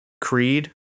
Creed